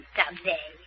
someday